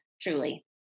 truly